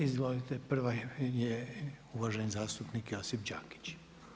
Izvolite prvi je uvaženi zastupnik Josip Đakić.